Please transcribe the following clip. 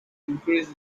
increase